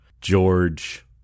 George